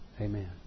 Amen